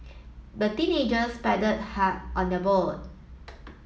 the teenagers paddled hard on their boat